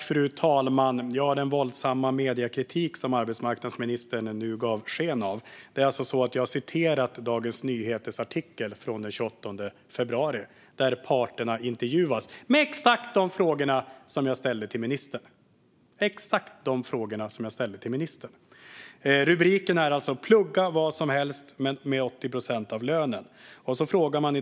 Fru talman! Apropå den våldsamma mediekritik som arbetsmarknadsministern nu gav sken av är det alltså så att jag har citerat Dagens Nyheters artikel från den 28 februari, där parterna intervjuas, med exakt de frågor som jag ställde till ministern. Rubriken är alltså "Plugga vad som helst med 80 procent av lönen".